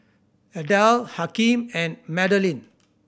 Adelle Hakeem and Madalyn